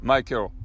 Michael